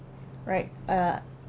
right uh